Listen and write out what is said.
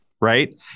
Right